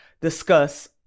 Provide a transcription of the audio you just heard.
discuss